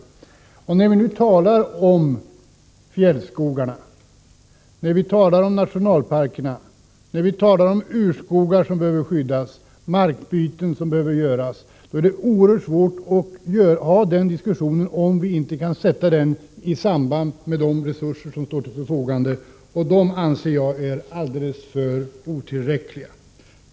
Det är oerhört svårt att föra en diskussion batt om de fjällnära skogarna, om nationalparkerna, om urskogar som behöver skyddas och om markbyten som behöver göras, om vi inte kan sätta allt detta i samband med de resurser som står till förfogande. Jag anser att dessa är alldeles för otillräckliga.